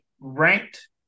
ranked